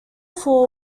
four